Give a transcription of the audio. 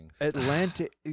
Atlantic